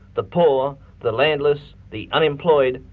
the poor, the landless, the unemployed,